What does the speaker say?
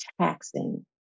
taxing